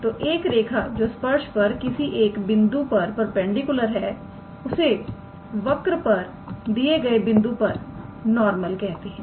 तो एक रेखा जो स्पर्श पर किसी एक बिंदु पर परपेंडिकुलर है उसे वक्र पर दिए गए बिंदु पर नॉर्मल कहते हैं